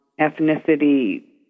ethnicity